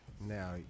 Now